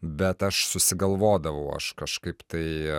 bet aš susigalvodavau aš kažkaip tai